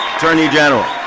attorney general.